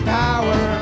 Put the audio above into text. power